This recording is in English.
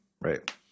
right